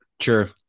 sure